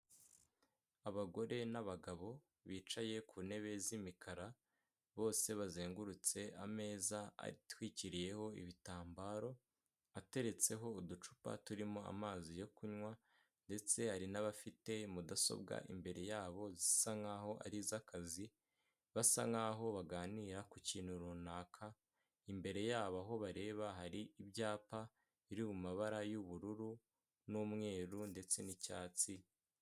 Abagore n'abagabo bicaye ku ntebe z'imikara, bose bazengurutse ameza atwikiriyeho ibitambaro, ateretseho uducupa turimo amazi yo kunywa ndetse hari n'abafite mudasobwa imbere yabo zisa nkaho ari iz'akazi, basa nkaho baganira ku kintu runaka, imbere yabo aho bareba hari ibyapa biri mu mabara y'ubururu n'umweru ndetse n'icyatsi.